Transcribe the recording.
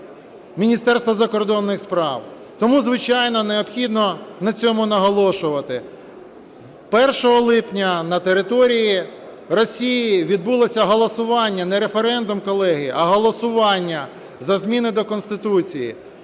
Міністерство закордонних справ. Тому, звичайно, необхідно на цьому наголошувати. 1 липня на території Росії відбулося голосування, не референдум, колеги, а голосування за зміни до Конституції.